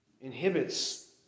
inhibits